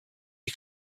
you